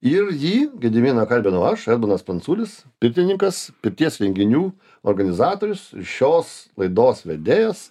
ir jį gediminą kalbinau aš edmundas pranculis pirtininkas pirties renginių organizatorius šios laidos vedėjas